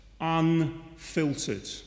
unfiltered